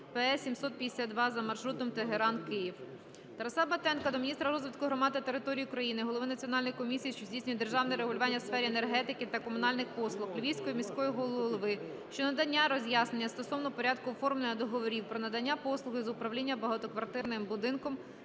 PS752 за маршрутом "Тегеран-Київ". Тараса Батенка до міністра розвитку громад та територій України, голови Національної комісії, що здійснює державне регулювання у сфері енергетики та комунальних послуг, Львівського міського голови щодо надання роз'яснення стосовно порядку оформлення договорів про надання послуги з управління багатоквартирним будинком,